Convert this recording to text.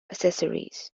accessories